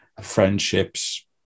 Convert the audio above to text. friendships